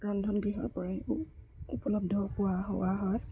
ৰন্ধন গৃহৰ পৰাই উ উপলব্ধ পোৱা হোৱা হয়